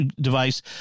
device